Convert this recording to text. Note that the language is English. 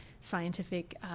scientific